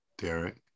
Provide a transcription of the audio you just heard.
Derek